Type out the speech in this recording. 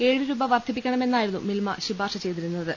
ഏഴ് രൂപ വർധിപ്പിക്കണമെന്നായിരുന്നു മിൽമ ശിപാർശ ചെയ്തിരുന്ന ത്